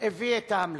הביא את ההמלצות,